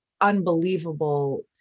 unbelievable